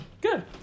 Good